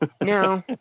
No